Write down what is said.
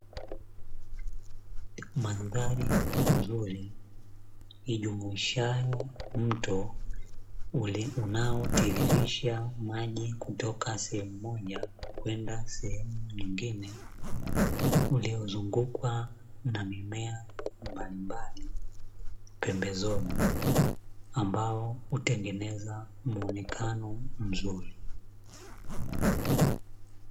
Mandhari nzuri ijumuishayo mto unaotiririsha maji kutoka sehemu moja kwenda sehemu nyingine. Uliozungukwa na mimea mbalimbali pembezoni, ambao hutengeneza muonekano mzuri.